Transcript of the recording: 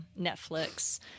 netflix